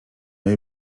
jej